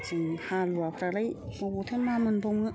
जोंहा हालुवाफ्रालाय बबावथो मा मोनबावनो